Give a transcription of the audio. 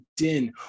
LinkedIn